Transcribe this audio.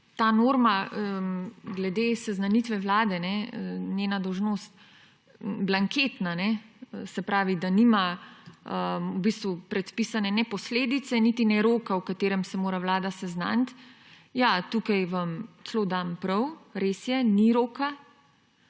je norma glede seznanitve Vlade, njena dolžnost blanketna, se pravi, da nima predpisane ne posledice ne roka, v katerem se mora Vlada seznaniti, ja, tukaj vam celo dam prav, res je, ni roka.